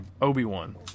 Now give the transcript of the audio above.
Obi-Wan